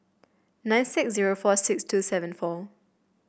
nine six zero four six two seven four